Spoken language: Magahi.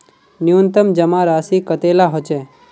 न्यूनतम जमा राशि कतेला होचे?